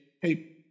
Hey